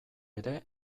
ere